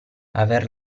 aver